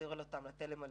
ולהחזיר אותם לתלם הלימודי,